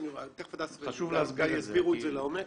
תיכף הדס וגיא יסבירו את זה לעומק.